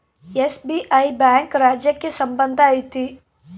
SBI bank ರಾಜ್ಯಕ್ಕೆ ಸಂಬಂಧ ಐತಿ